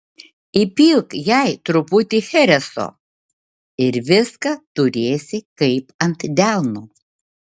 įpilk jai truputį chereso ir viską turėsi kaip ant delno